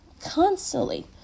constantly